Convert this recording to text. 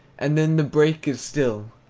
and then the brake is still.